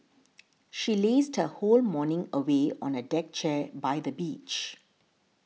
she lazed her whole morning away on a deck chair by the beach